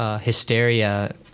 hysteria